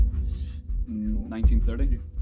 1930